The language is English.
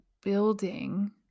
building